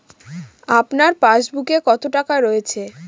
আপনার পাসবুকে কত টাকা রয়েছে?